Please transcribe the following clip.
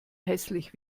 hässlich